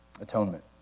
atonement